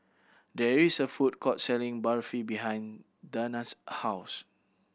there is a food court selling Barfi behind Dana's house